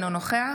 אינו נוכח